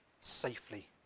safely